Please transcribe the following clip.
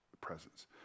presence